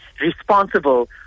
responsible